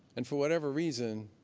and for whatever reason,